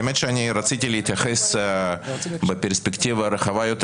האמת שרציתי להתייחס בפרספקטיבה הרחבה יותר